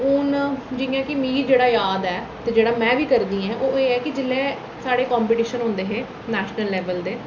हून जि'यां कि मिगी जेह्ड़ा याद ऐ जेह्ड़ा में बी करदी आं ओह् एह् ऐ कि जेल्लै साढ़े कांपिटिशन होंदे हे नैशनल लैबल दे